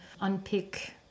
unpick